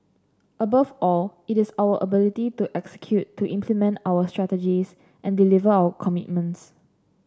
above all it is our ability to execute to implement our strategies and deliver our commitments